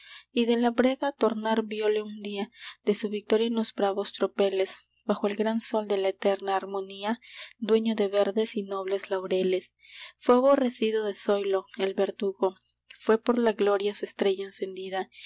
y de la brega tornar vióle un día de su victoria en los bravos tropeles bajo el gran sol de la eterna harmonía dueño de verdes y nobles laureles fué aborrecido de zoilo el verdugo fué por la gloria su estrella encendida